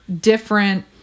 different